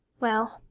well,